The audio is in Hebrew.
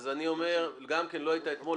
אז אני אומר גם כן, לא היית אתמול.